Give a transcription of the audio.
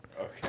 Okay